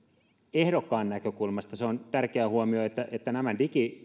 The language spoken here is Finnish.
ehdokkaan näkökulmasta se on tärkeä huomio että että nämä